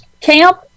camp